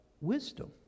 wisdom